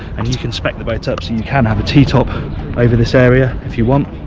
and you can spec the boat up so you can have a t-top over this area if you want,